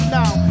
now